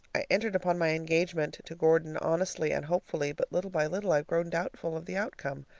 i entered upon my engagement to gordon honestly and hopefully, but little by little i've grown doubtful of the outcome.